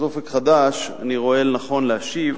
"אופק חדש" אני רואה נכון להשיב,